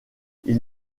ils